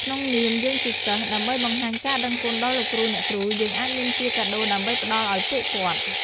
ក្នុងនាមយើងជាសិស្ស ដើម្បីបង្ហាញការដឹងគុណដល់លោកគ្រូ អ្នកគ្រូ យើងអាចមានជាកាដូរដើម្បីផ្តល់ឲ្យពួកគាត់។